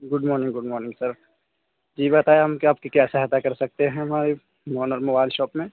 good morning good morning sir ji بتائیں ہم کیا آپ کی کیا سہایتا کر سکتے ہیں ہماری اونر موبائل شاپ میں